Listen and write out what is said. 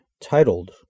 titled